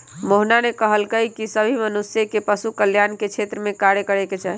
मोहना ने कहल कई की सभी मनुष्य के पशु कल्याण के क्षेत्र में कार्य करे के चाहि